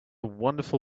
wonderful